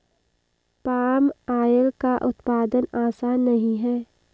palm oil का उत्पादन आसान नहीं है